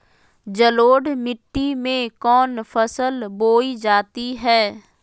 जलोढ़ मिट्टी में कौन फसल बोई जाती हैं?